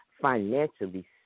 financially